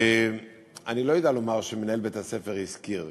ואני לא יודע לומר שמנהל בית-הספר השכיר.